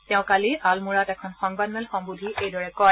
তেওঁ কালি আলমৰাত এখন সংবাদ মেল সম্বোধী এইদৰে কয়